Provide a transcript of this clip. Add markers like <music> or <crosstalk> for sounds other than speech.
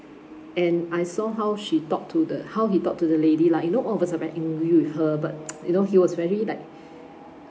and I saw how she talked to the how he talked to the lady lah you know all of us are very angry with her but <noise> you know he was very like